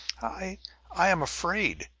i i am afraid!